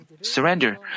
surrender